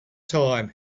time